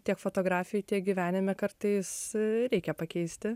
tiek fotografijoj tiek gyvenime kartais reikia pakeisti